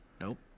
Nope